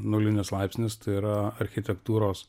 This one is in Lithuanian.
nulinis laipsnis tai yra architektūros